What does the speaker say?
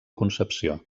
concepció